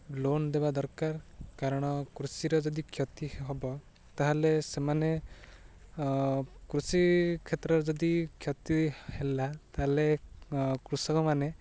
loan ଦେବା ଦରକାର କାରଣ କୃଷିର ଯଦି କ୍ଷତି ହବ ତା'ହେଲେ ସେମାନେ କୃଷି କ୍ଷେତ୍ରରେ ଯଦି କ୍ଷତି ହେଲା ତା'ହେଲେ କୃଷକମାନେ